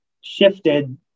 shifted